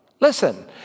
Listen